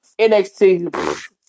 NXT